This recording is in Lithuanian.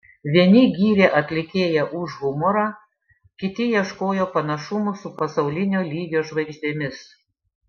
vieni gyrė atlikėją už humorą kiti ieškojo panašumų su pasaulinio lygio žvaigždėmis